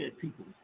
people